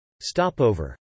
Stopover